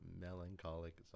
melancholic